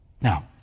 Now